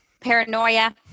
paranoia